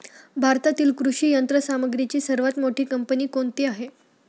भारतातील कृषी यंत्रसामग्रीची सर्वात मोठी कंपनी कोणती आहे?